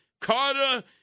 Carter